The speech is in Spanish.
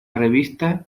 revista